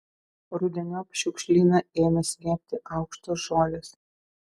rudeniop šiukšlyną ėmė slėpti aukštos žolės